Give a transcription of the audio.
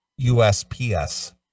USPS